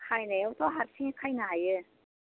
खायनायावथ' हारसिं खानो हायो